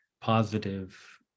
positive